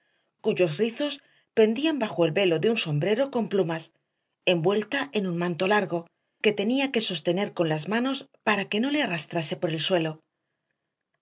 cuyos rizos pendían bajo el velo de un sombrero con plumas envuelta en un manto largo que tenía que sostener con las manos para que no le arrastrase por el suelo